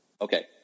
Okay